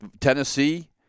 Tennessee